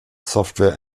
software